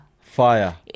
Fire